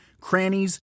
crannies